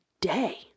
day